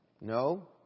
No